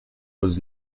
was